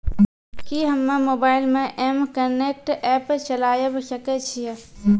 कि हम्मे मोबाइल मे एम कनेक्ट एप्प चलाबय सकै छियै?